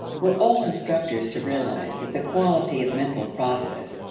were all instructors to realize that the quality of mental process,